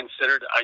considered